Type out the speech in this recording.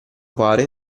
pare